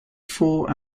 four